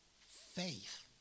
faith